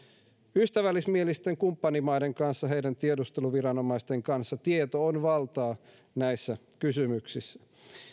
ystävällismielisten kumppanimaidemme kanssa heidän tiedusteluviranomaistensa kanssa tieto on valtaa näissä kysymyksissä